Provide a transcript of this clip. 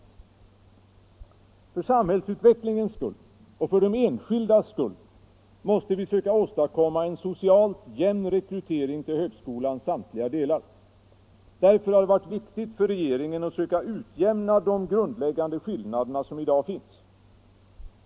För samhällsutvecklingens skull och för de enskildas skull måste vi söka åstadkomma en socialt jämn rekrytering till högskolans samtliga delar. Därför har det varit viktigt för regeringen att söka utjämna de grundläggande skillnader som i dag finns.